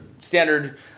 standard